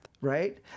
right